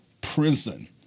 prison